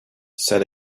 said